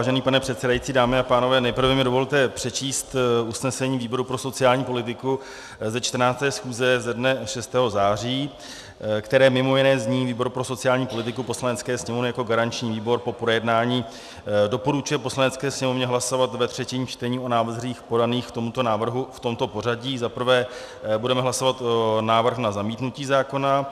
Vážený pane předsedající, dámy a pánové, nejprve mi dovolte přečíst usnesení výboru pro sociální politiku ze 14. schůze ze dne 6. září, které mj. zní: Výbor pro sociální politiku Poslanecké sněmovny jako garanční výbor po projednání doporučuje Poslanecké sněmovně hlasovat ve třetím čtení o návrzích podaných k tomuto návrhu v tomto pořadí: za prvé budeme hlasovat návrh na zamítnutí zákona.